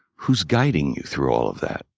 who's guiding you through all of that?